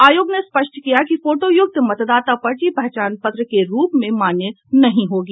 आयोग ने स्पष्ट किया है कि फोटोयुक्त मतदाता पर्ची पहचान पत्र के रूप में मान्य नहीं होगी